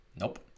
Nope